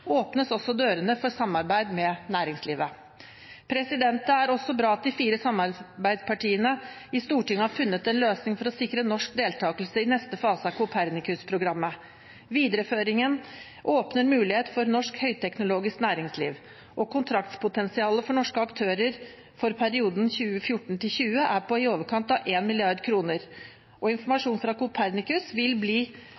åpnes også dørene for samarbeid med næringslivet. Det er også bra at de fire samarbeidspartiene i Stortinget har funnet en løsning for å sikre norsk deltakelse i neste fase av Copernicus-programmet. Videreføringen åpner muligheter for norsk høyteknologisk næringsliv. Kontraktpotensialet for norske aktører for perioden 2014–2020 er på i overkant av 1 mrd. kr, og